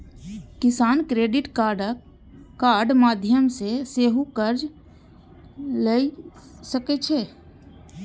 किसान क्रेडिट कार्डक माध्यम सं सेहो कर्ज लए सकै छै